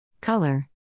Color